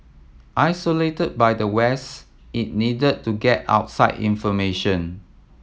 isolated by the West it needed to get outside information